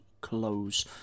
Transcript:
close